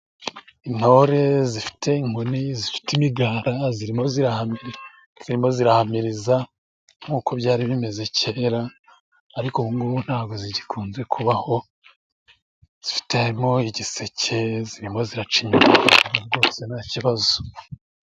Intore zifite inkoni zifite imigara zirimo zirahamiriza nkuko byari bimeze kera ariko ubungubu ntago zigikunze kubaho zifitemo igiseke zirimo ziraci rwose ntakibazo.